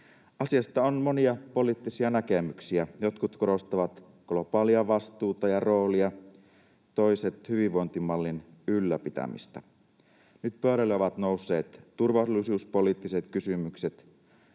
Asiasta on monia poliittisia näkemyksiä: jotkut korostavat globaalia vastuuta ja roolia, toiset hyvinvointimallin ylläpitämistä. Nyt pöydälle ovat nousseet turvallisuuspoliittiset kysymykset.